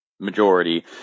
Majority